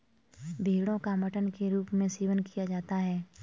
भेड़ो का मटन के रूप में सेवन किया जाता है